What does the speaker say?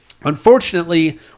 Unfortunately